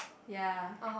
ya